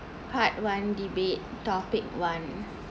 part one debate topic one